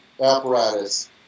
apparatus